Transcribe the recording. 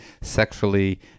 sexually